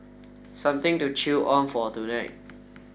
something to chew on for tonight